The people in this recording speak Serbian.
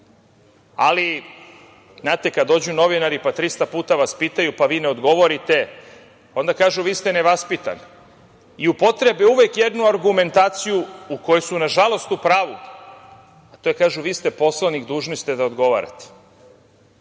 Ali, kad dođu novinari, pa vas 300 puta pitaju, pa vi ne odgovorite, onda kažu – vi ste nevaspitani. I upotrebe uvek jednu argumentaciju u kojoj su, nažalost, u pravu – vi ste poslanik, dužni ste da odgovarate.